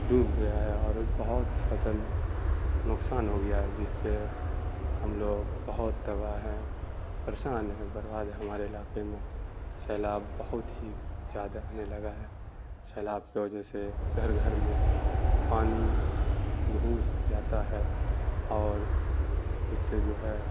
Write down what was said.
ڈوب گیا ہے اور بہت فصل نقصان ہو گیا ہے جس سے ہم لوگ بہت تباہ ہیں پریشان ہیں برباد ہیں ہمارے علاقے میں سیلاب بہت ہی زیادہ آنے لگا ہے سیلاب کے وجہ سے گھر گھر میں پانی گھس جاتا ہے اور اس سے جو ہے